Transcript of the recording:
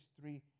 three